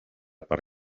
per